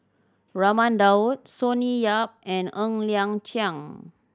Raman Daud Sonny Yap and Ng Liang Chiang